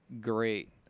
great